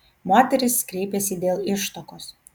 moteris kreipėsi dėl ištuokos